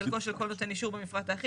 בחלקו של כל נותן אישור במפרט האחיד